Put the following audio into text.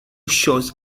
shows